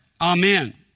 Amen